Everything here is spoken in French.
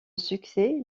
succès